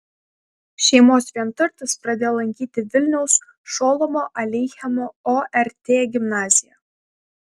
šeimos vienturtis pradėjo lankyti vilniaus šolomo aleichemo ort gimnaziją